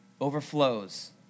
overflows